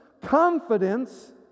confidence